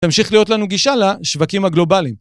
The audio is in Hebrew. תמשיך להיות לנו גישה לשווקים הגלובליים.